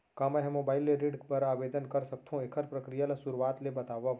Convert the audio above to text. का मैं ह मोबाइल ले ऋण बर आवेदन कर सकथो, एखर प्रक्रिया ला शुरुआत ले बतावव?